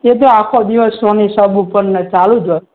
એ તો આખો દિવસ સોની સબ ઉપર ને ચાલું જ હોય